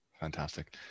Fantastic